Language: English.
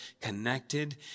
connected